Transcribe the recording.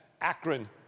Akron